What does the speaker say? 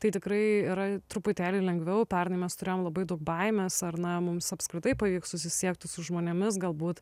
tai tikrai yra truputėlį lengviau pernai mes turėjom labai daug baimės ar na mums apskritai pavyks susisiekti su žmonėmis galbūt